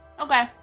Okay